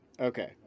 Okay